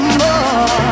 more